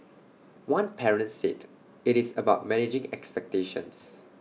one parent said IT is about managing expectations